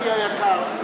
אחי היקר,